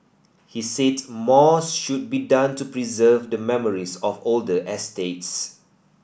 he said more should be done to preserve the memories of older estates